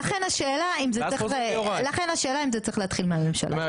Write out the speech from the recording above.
ולכן השאלה אם זה צריך להתחיל מהממשלה,